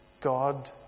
God